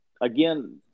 again